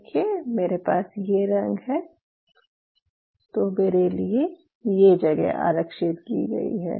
देखिये मेरे पास ये रंग है तो मेरे लिए ये जगह आरक्षित की गयी है